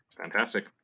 Fantastic